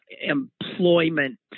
employment